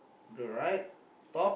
the right top